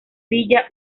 villa